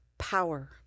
power